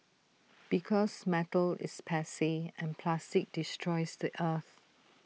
because metal is passe and plastic destroys the earth